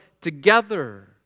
together